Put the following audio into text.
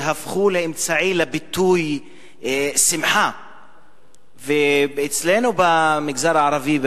שהפכו לאמצעי לביטוי שמחה אצלנו במגזר הערבי,